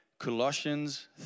Colossians